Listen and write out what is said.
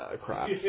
crap